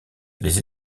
les